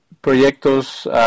proyectos